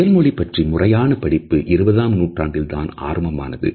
உடல் மொழி பற்றிய முறையான படிப்பு இருபதாம் நூற்றாண்டில்தான் ஆரம்பமானது